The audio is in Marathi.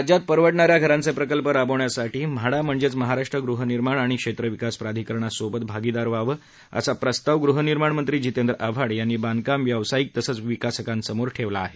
राज्यात पखडणाऱ्या घरांचे प्रकल्प राबवण्यासाठी म्हाडा म्हणजेच महाराष्ट्र गृहनिर्माण आणि क्षेत्रविकास प्राधिकरणा सोबत भागीदार व्हावं असा प्रस्ताव गृहनिर्माण मंत्री जितेंद्र आव्हाड यांनी बांधकाम व्यावसायिक तसच विकसकांसमोर ठेवला आहे